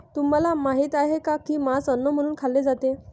तुम्हाला माहित आहे का की मांस अन्न म्हणून खाल्ले जाते?